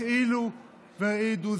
בחילו ורעידו,